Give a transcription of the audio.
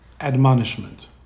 admonishment